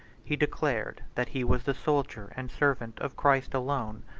he declared that he was the soldier and servant of christ alone,